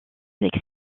avec